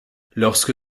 lorsque